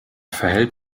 verhält